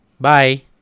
Bye